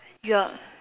your